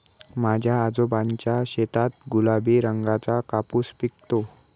माझ्या आजोबांच्या शेतात गुलाबी रंगाचा कापूस पिकतो